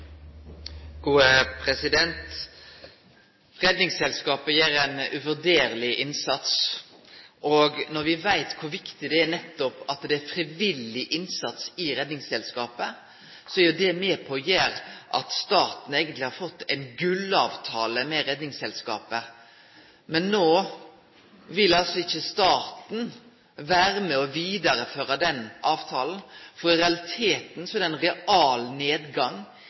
Redningsselskapet gjer ein uvurderleg innsats. Når me veit kor viktig det er nettopp at det er frivillig innsats i Redningsselskapet, er jo det med på å gjere at staten eigentleg har fått ein gullavtale med Redningsselskapet. Men no vil altså ikkje staten vere med og vidareføre den avtalen. Så i realiteten er det ein